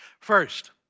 First